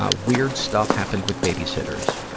ah weird stuff happened with babysitters,